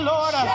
Lord